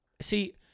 see